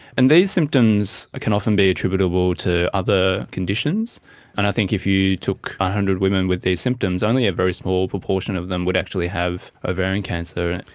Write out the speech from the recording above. and these symptoms can often be attributable to other conditions and i think if you took one hundred women with these symptoms, only a very small proportion of them would actually have ovarian cancer.